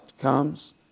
comes